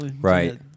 Right